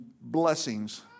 blessings